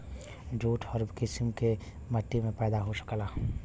jute हर किसिम के मट्टी में पैदा हो सकला